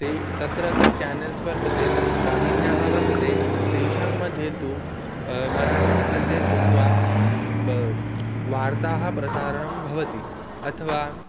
ते तत्र तत् चेनल्स् वर्तते ताः वाहिन्यः वर्तन्ते तासां मध्ये तु मराठी मध्ये उक्त्वावा वार्तानां प्रसारणं भवति अथवा